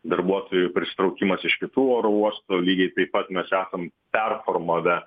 darbuotojų prisitraukimas iš kitų oro uostų lygiai taip pat mes esam performavę